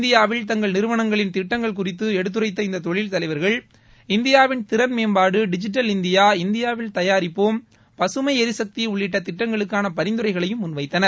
இந்தியாவில் தங்கள் நிறுவனங்களின் திட்டங்கள் குறித்து எடுத்துரைத்த இந்த தொழில் தலைவர்கள் இந்தியாவின் திறன்மேம்பாடு டிஜிட்டல் இந்தியா இந்தியாவில் தயாரிப்போம் பகமை எரிசக்தி உள்ளிட்ட திட்டங்களுக்கான பரிந்துரைகளையும் முன் வைத்தனர்